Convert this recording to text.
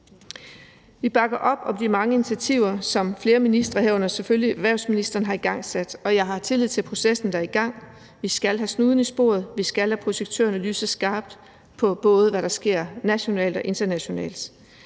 – herunder selvfølgelig erhvervsministeren – har igangsat, og jeg har tillid til processen, der er i gang. Vi skal have snuden i sporet, vi skal lade projektørerne lyse skarpt på, hvad der sker, både nationalt og internationalt.